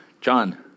John